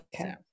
Okay